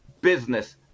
business